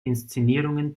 inszenierungen